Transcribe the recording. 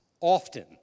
often